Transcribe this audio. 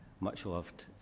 much-loved